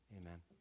Amen